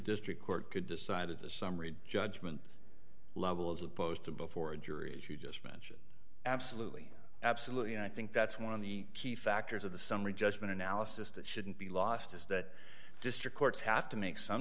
district court could decide at the summary judgment level as opposed to before a jury as you just mentioned absolutely absolutely and i think that's one of the key factors of the summary judgment analysis that shouldn't be lost is that district courts have to make some